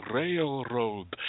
railroad